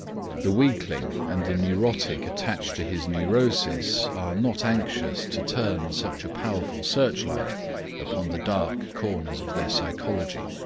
the weakling and the neurotic attached to his neurosis are not anxious to turn such a powerful searchlight upon the dark corners of their psychology.